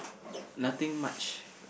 nothing much